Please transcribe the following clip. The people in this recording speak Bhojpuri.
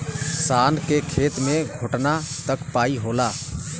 शान के खेत मे घोटना तक पाई होला